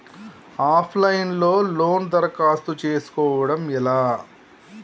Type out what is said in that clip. Of line లో లోను దరఖాస్తు చేసుకోవడం ఎలా?